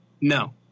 no